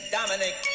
Dominic